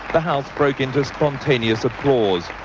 the house broke into spontaneous applause,